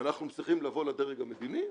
אנחנו צריכים לבוא לדרג המדיני,